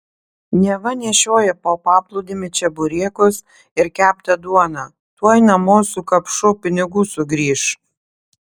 neva nešioja po paplūdimį čeburekus ir keptą duoną tuoj namo su kapšu pinigų sugrįš